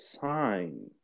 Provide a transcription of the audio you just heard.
sign